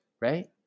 right